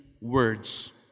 words